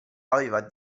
aveva